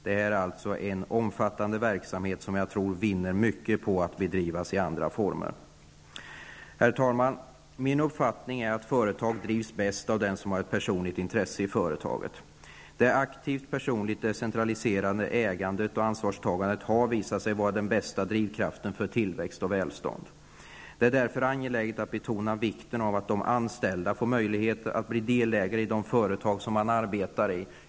Det är alltså en omfattande verksamhet, som jag tror vinner mycket på att bedrivas i andra former. Herr talman! Min uppfattning är att företag drivs bäst av den som har ett personligt intresse i företaget. Det aktivt personligt decentraliserade ägandet och ansvarstagandet har visat sig vara den bästa drivkraften för tillväxt och välstånd. Det är därför angeläget att betona vikten av att de anställda får möjlighet att bli delägare i de företag som de arbetar i.